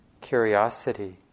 curiosity